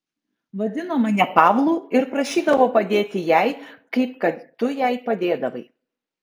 vadino mane pavlu ir prašydavo padėti jai kaip kad tu jai padėdavai